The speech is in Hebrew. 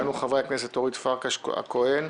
אורית פרקש הכהן,